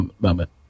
moment